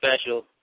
special